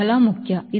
ಇದು ಬಹಳ ಮುಖ್ಯ